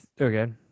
okay